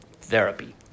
therapy